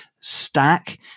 Stack